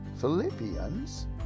Philippians